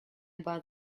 about